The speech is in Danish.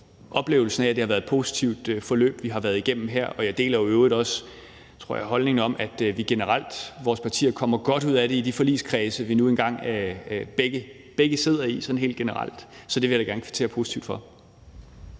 oplevelsen af, at det har været et positivt forløb, vi her har været igennem, og jeg deler i øvrigt også, tror jeg, holdningen om, at vores partier generelt kommer godt ud af det i de forligskredse, vi nu engang begge sidder i. Så det vil jeg da gerne kvittere positivt for.